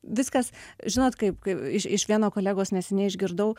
viskas žinot kaip kaip iš iš vieno kolegos neseniai išgirdau